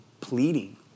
pleading